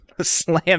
slam